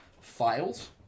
files